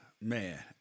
Man